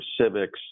civics